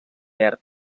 verd